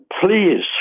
please